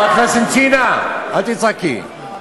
אל תצעקי.